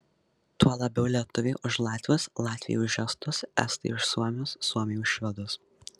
tuo labiau lietuviai už latvius latviai už estus estai už suomius suomiai už švedus